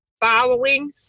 following